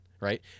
right